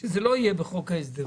שזה לא יהיה בחוק ההסדרים.